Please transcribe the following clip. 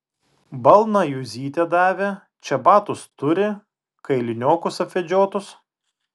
balną juzytė davė čebatus turi kailiniokus apvedžiotus